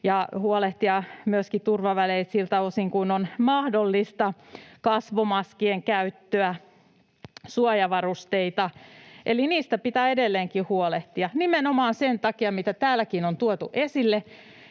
huolehtimista siltä osin kuin on mahdollista, kasvomaskien käyttöä, suojavarusteita — eli niistä pitää edelleenkin huolehtia, nimenomaan sen takia, mitä täälläkin on tuotu esille,